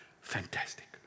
fantastic